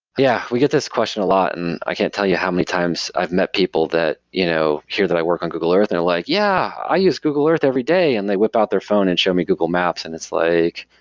yeah, we get this question a lot and i can't tell you how many times i've met people you know here that i work on google earth. they're like, yeah, i use google earth every day, and they whip out their phone and show me google maps and it's like,